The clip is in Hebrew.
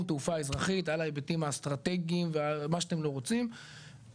תעופה אזרחית על ההיבטים האסטרטגיים ומה שאתם לא רוצים,